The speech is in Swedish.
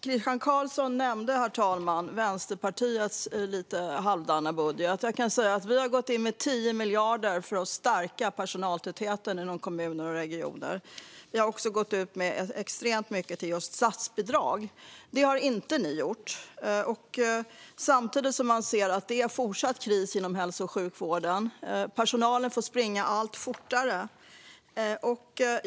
Christian Carlsson nämnde Vänsterpartiets lite halvdana budget. Vi har gått in med 10 miljarder för att stärka personaltätheten inom kommuner och regioner. Vi har också gått in med extremt mycket till just statsbidrag. Det har inte ni gjort, samtidigt som man ser att det är fortsatt kris inom hälso och sjukvården. Personalen får springa allt fortare.